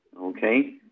Okay